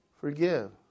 forgive